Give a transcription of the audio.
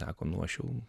sako nu aš jau